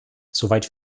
soweit